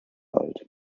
alt